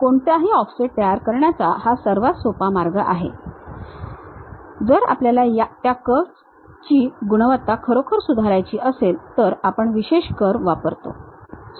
कोणताही ऑफसेट तयार करण्याचा हा सर्वात सोपा मार्ग आहे जर आपल्याला त्या कर्वची गुणवत्ता खरोखर सुधारायची असेल तर आपण विशेष कर्व वापरतो